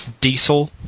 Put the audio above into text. Diesel